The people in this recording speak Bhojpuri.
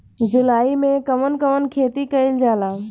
जुलाई मे कउन कउन खेती कईल जाला?